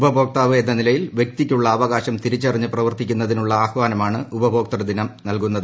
ഉപഭോക്താവ് എന്ന നിലയിൽ വ്യക്തിക്കുള്ള അവകാശം തിരിച്ചറിഞ്ഞ് പ്രവർത്തിക്കുന്നതിനുള്ള ആഹ്വാനമാണ് ഉപഭോക്തൃദിനം നൽകുന്നത്